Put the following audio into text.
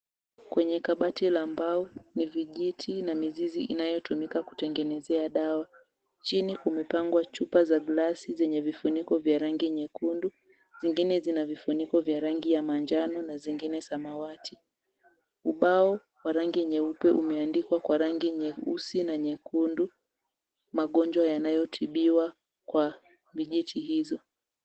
Kwenye kabati la mbao, ni vijiti na mizizi inayotumika kutengeneza dawa. Chini kumepangwa chupa za glasi zenye vifuniko vya rangi nyekundu, zingine zina vifuniko vya rangi ya manjano na zingine samawati. Ubao wa rangi nyeupe umeandikwa kwa rangi nyeusi na nyekundu, magonjwa yanayotibiwa kwa miji hizo.